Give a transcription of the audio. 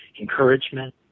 encouragement